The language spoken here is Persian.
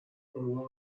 اون